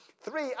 Three